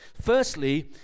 Firstly